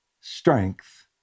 strength